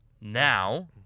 now